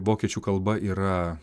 vokiečių kalba yra